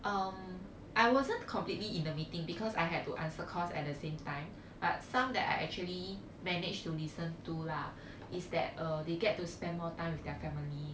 um I wasn't completely in the meeting because I had to answer calls at the same time but some that I actually managed to listen to lah is that uh they get to spend more time with their family